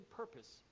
purpose